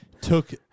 took